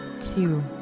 Two